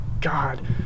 god